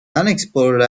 unexplored